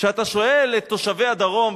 כשאתה שואל את תושבי הדרום,